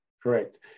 Correct